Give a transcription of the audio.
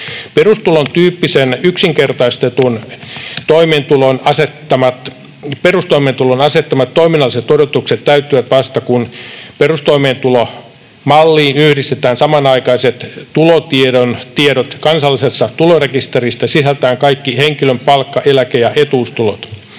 Perustulon tyyppisen yksinkertaistetun perustoimeentulon asettamat toiminnalliset odotukset täyttyvät vasta, kun perustoimeentulomalliin yhdistetään samanaikaiset tulotiedot kansallisesta tulorekisteristä sisältäen kaikki henkilön palkka-, eläke- ja etuustulot.